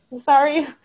Sorry